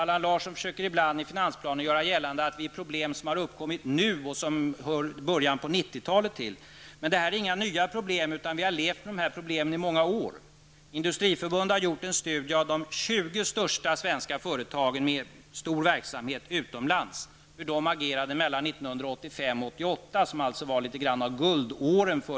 Allan Larsson försöker i finansplanen göra gällande att de problemen har uppkommit nu och hör början av 90-talet till. Vi har levt med dessa problem i många år. Industriförbundet har gjort en studie av de 20 största svenska företagen med stor verksamhet utomlands och hur de agerade mellan 1985 och 1988.